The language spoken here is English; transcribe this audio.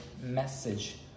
message